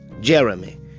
Jeremy